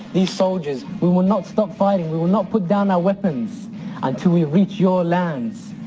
these soldiers, we will not stop fighting, we will not put down our weapons until we reach your lands.